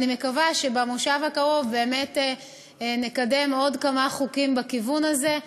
ואני מקווה שבמושב הקרוב באמת נקדם עוד כמה חוקים בכיוון הזה.